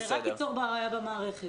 זה רק ייצור בעיה במערכת.